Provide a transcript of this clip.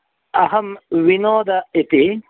अहं विनोदः इति